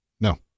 No